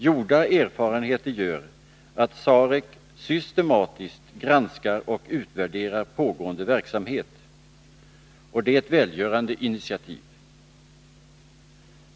Gjorda erfarenheter gör att SAREC systematiskt granskar och utvärderar pågående verksamhet. Detta är ett välgörande initiativ.